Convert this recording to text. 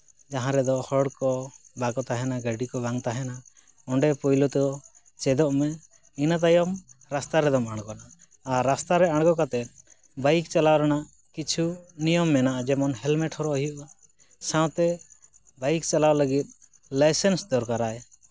ᱡᱟᱦᱟᱸ ᱨᱮᱫᱚ ᱦᱚᱲᱠᱚ ᱵᱟᱠᱚ ᱛᱟᱦᱮᱱᱟ ᱜᱟᱹᱰᱤ ᱠᱚ ᱵᱟᱝ ᱛᱟᱦᱮᱱᱟ ᱚᱸᱰᱮ ᱯᱳᱭᱞᱳ ᱫᱚ ᱪᱮᱫᱚᱜ ᱢᱮ ᱤᱱᱟᱹ ᱛᱟᱭᱚᱢ ᱨᱟᱥᱛᱟ ᱨᱮᱫᱚᱢ ᱟᱬᱜᱳᱱᱟ ᱟᱨ ᱨᱟᱥᱛᱟ ᱨᱮ ᱟᱬᱜᱳ ᱠᱟᱛᱮᱜ ᱵᱟᱭᱤᱠ ᱪᱟᱞᱟᱣ ᱨᱮᱱᱟᱜ ᱠᱤᱪᱷᱩ ᱱᱤᱭᱚᱢ ᱢᱮᱱᱟᱜᱼᱟ ᱡᱮᱢᱚᱱ ᱦᱮᱞᱢᱮᱴ ᱦᱚᱨᱚᱜ ᱦᱩᱭᱩᱜᱼᱟ ᱥᱟᱶᱛᱮ ᱵᱟᱭᱤᱠ ᱪᱟᱞᱟᱣ ᱞᱟᱹᱜᱤᱫ ᱞᱟᱭᱥᱮᱱᱥ ᱫᱚᱨᱠᱟᱨ ᱟᱭ